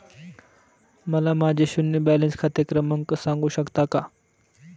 मला माझे शून्य बॅलन्स खाते क्रमांक सांगू शकता का?